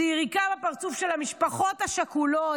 זו יריקה בפרצוף של המשפחות השכולות,